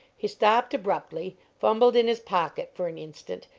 he stopped abruptly, fumbled in his pocket for an instant,